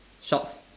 shorts